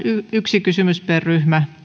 yksi kysymys per ryhmä